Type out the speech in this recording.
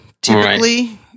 typically